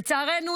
לצערנו,